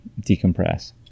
decompress